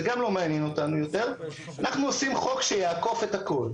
אנחנו עושים חוק שיעקוף את הכול.